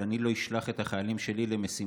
אבל אני לא אשלח את החיילים שלי למשימה